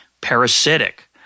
parasitic